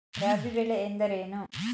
ರಾಬಿ ಬೆಳೆ ಎಂದರೇನು?